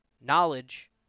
knowledge